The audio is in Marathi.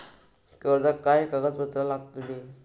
कर्जाक काय कागदपत्र लागतली?